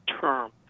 term